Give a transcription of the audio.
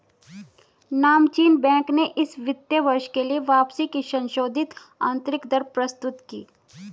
नामचीन बैंक ने इस वित्त वर्ष के लिए वापसी की संशोधित आंतरिक दर प्रस्तुत की